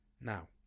Now